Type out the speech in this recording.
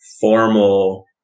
formal